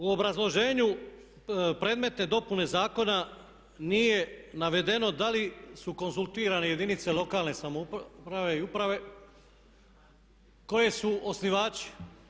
U obrazloženju predmetne dopune zakona nije navedeno da li su konzultirane jedinice lokalne samouprave i uprave koje su osnivači.